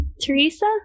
Teresa